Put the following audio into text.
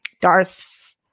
Darth